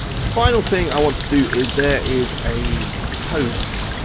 final thing i want to do is there is a post,